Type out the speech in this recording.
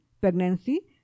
pregnancy